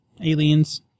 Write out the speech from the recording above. aliens